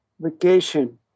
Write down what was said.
vacation